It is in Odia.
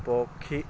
ପକ୍ଷୀ